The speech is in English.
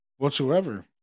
Whatsoever